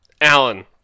alan